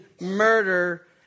murder